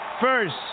first